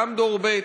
גם דור ב'.